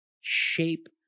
shape